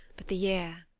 but the year.